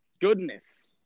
goodness